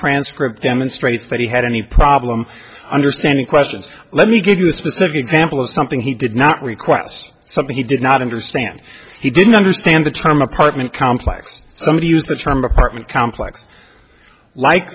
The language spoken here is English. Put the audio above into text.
transcript demonstrates that he had any problem understanding questions let me give you a specific example of something he did not request something he did not understand he didn't understand the term apartment complex somebody used the term apartment complex like